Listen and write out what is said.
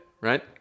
right